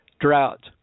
drought